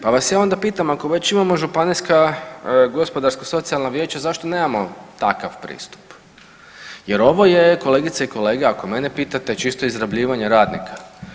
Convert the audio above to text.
Pa vas ja onda pitam ako već imamo županijska gospodarsko-socijalna vijeća zašto nemamo takav pristup jer ovo je kolegice i kolege ako mene pitate čisto izrabljivanje radnika.